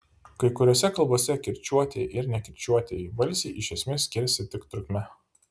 kai kuriose kalbose kirčiuotieji ir nekirčiuotieji balsiai iš esmės skiriasi tik trukme